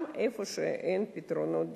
במקומות שאין פתרונות דיור.